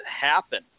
happen